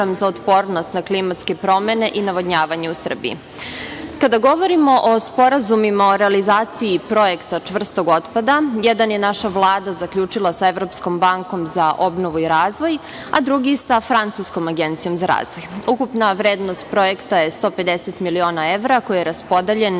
za otpornost na klimatske promene i navodnjavanje u Srbiji. Kada govorimo o sporazumima o realizaciji projekta čvrstog otpada, jedan je naša Vlada zaključila sa Evropskom bankom za obnovu i razvoj, a drugi sa Francuskom agencijom za razvoj. Ukupna vrednost projekta je 150 miliona evra koji je raspodeljen